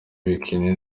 bikini